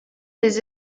des